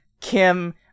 Kim